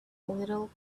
little